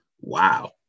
Wow